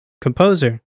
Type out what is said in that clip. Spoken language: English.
composer